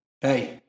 hey